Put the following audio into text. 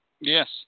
Yes